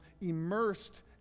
immersed